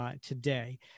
today